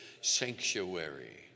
Sanctuary